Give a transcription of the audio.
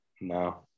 no